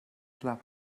club